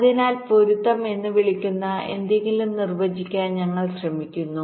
അതിനാൽ പൊരുത്തം എന്ന് വിളിക്കപ്പെടുന്ന എന്തെങ്കിലും നിർവ്വചിക്കാൻ ഞങ്ങൾ ശ്രമിക്കുന്നു